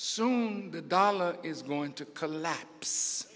soon the dollar is going to collapse